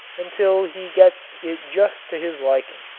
until he gets it just to his liking.